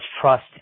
trust